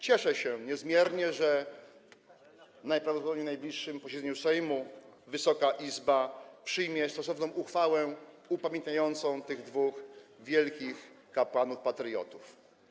Cieszę się niezmiernie, że najprawdopodobniej na najbliższym posiedzeniu Sejmu Wysoka Izba przyjmie stosowną uchwałę upamiętniającą tych dwóch wielkich kapłanów patriotów.